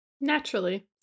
Naturally